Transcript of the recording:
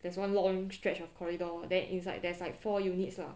there's one long stretch of corridor then inside there's like four units lah